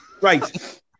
Right